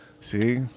See